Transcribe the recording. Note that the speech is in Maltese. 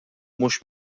mhux